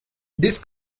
this